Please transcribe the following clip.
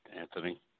Anthony